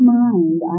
mind